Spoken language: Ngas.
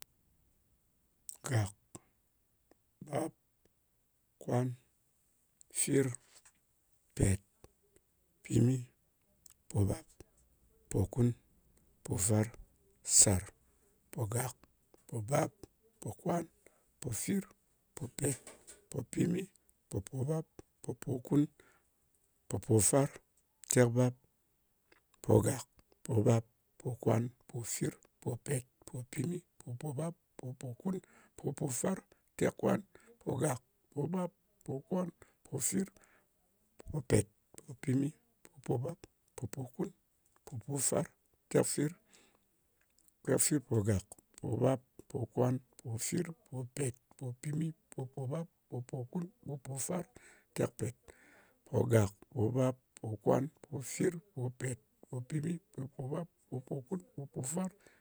Gàk, bap, kwan, fir, pèt, pimi, ɓòbap, pòkun, pòfar, sàr. Pògàk, pobap, pokwan, pofir, popèt, popimi, poɓòbap, popòkun, popofar, tekbap. Pogàk, pobap, pokwan, popofir, popèt, popimi, poɓòbap, popòkun, popòfar, tekkwan. Pogàk, pobap, pokwan, pofir, popèt, popimi, poɓòbap, popòkun, popofar, tekfir. Tekfirpogàk, pobap, pokwan, popofir, popèt, popimi, poɓòbap, popòkun, popòfar, tekpèt. Pogàk, pobap, pokwan, pofir, popèt, popimi, poɓòbap, popòkun, popofar,